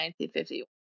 1951